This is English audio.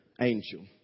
angel